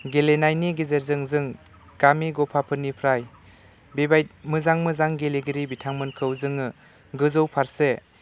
गेलेनायनि गेजेरजों जों गामि गफाफोरनिफ्राय बेबायदि मोजां मोजां गेलेगिरि बिथांमोनखौ जोङो गोजौ फारसे